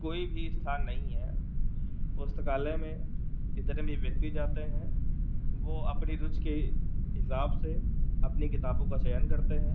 कोई भी स्थान नहीं है पुस्तकालय में जितने भी व्यक्ति जाते हैं वह अपनी रुचि के हिसाब से अपनी किताबों का चयन करते हैं